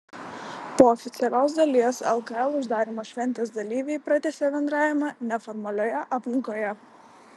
po oficialiosios dalies lkl uždarymo šventės dalyviai pratęsė bendravimą neformalioje aplinkoje